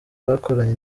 bakoranye